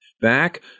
back